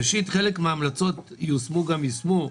ראשית, חלק מההמלצות יושמו גם יושמו.